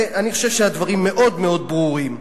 ואני חושב שהדברים מאוד מאוד ברורים.